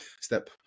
Step